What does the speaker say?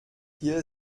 hier